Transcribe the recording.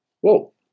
Whoa